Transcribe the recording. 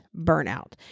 burnout